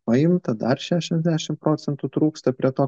paimta dar šešiasdešim procentų trūksta prie to